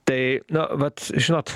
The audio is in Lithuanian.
tai nu vat žinot